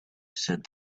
said